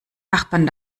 nachbarn